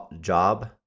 job